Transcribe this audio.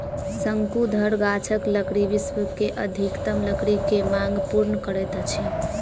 शंकुधर गाछक लकड़ी विश्व के अधिकतम लकड़ी के मांग पूर्ण करैत अछि